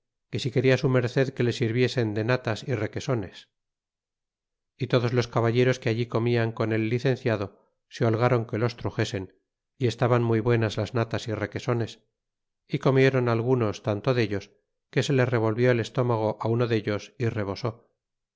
si quena su merced que le sirviesen de natas y requesones y todos los caballeros que allí comían con el licenciado se holgron que los truxesen y estaban muy buenas las natas y requesones y comieron algunos tanto dellos que se le revolvió el estómago uno dellos y rebosó